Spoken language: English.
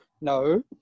No